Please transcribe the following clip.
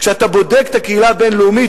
כשאתה בודק את הקהילה הבין-לאומית,